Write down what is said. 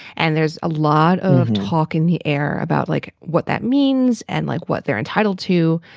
and there's a lot of talk in the air about like what that means and like what they're entitled to,